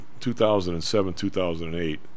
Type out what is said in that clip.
2007-2008